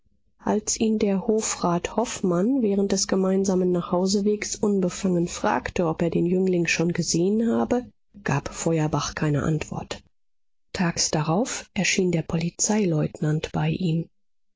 als ihn der hofrat hofmann während des gemeinsamen nachhausewegs unbefangen fragte ob er den jüngling schon gesehen habe gab feuerbach keine antwort tags darauf erschien der polizeileutnant bei ihm